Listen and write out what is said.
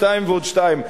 שניים ועוד שניים,